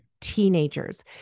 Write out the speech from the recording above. teenagers